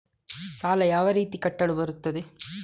ಸಾಲ ಯಾವ ರೀತಿ ಕಟ್ಟಲು ಬರುತ್ತದೆ?